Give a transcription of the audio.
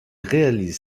réalise